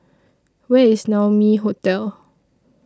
Where IS Naumi Hotel